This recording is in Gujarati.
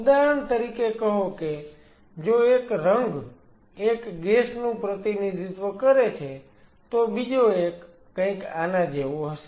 ઉદાહરણ તરીકે કહો કે જો એક રંગ એક ગેસ નું પ્રતિનિધિત્વ કરે છે તો બીજો એક કંઈક આના જેવો હશે